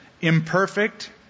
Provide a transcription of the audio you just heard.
imperfect